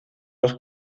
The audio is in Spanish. los